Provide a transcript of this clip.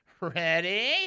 Ready